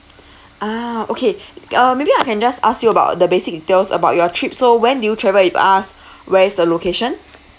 ah okay uh maybe I can just ask you about the basic details about your trip so when did you travel with us where is the location